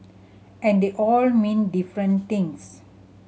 and they all mean different things